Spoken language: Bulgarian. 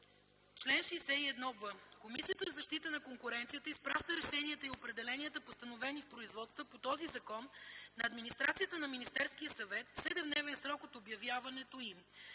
Чл. 61в. Комисията за защита на конкуренцията изпраща решенията и определенията, постановени в производства по този закон, на администрацията на Министерския съвет в 7-дневен срок от обявяването им.